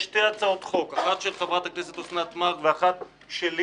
יש שתי הצעות חוק: אחת של חברת הכנסת אוסנת מארק ואחת שלי